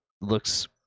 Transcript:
looks